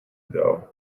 though